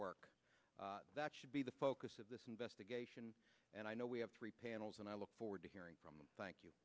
work that should be the focus of this investigation and i know we have three panels and i look forward to hearing from them thank you